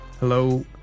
Hello